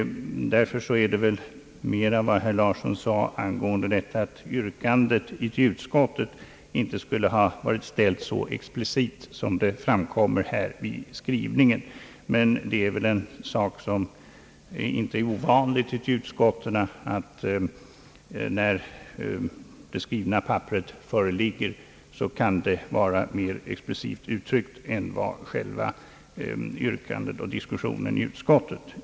Jag vill också besvara herr Larssons yttrande att yrkandet inte skulle ha ställts så expressivt som det framträder i reservationens skrivning. Det torde inte vara ovanligt att ett yrkande som kommer fram i utskottsbehandlingen blir klarare uttryckt när det föreligger i skrift än vad som är fallet vid diskussionen i utskottet.